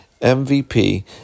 MVP